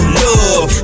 love